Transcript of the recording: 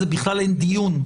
בכלל אין דיון,